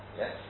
Yes